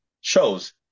shows